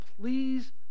please